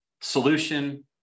solution